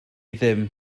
ddim